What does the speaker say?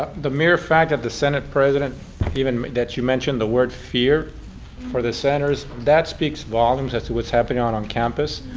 ah the mere fact that the senate president even that you mention the word fear for the senators, that speaks volumes, that's what's happening on on campus.